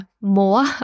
more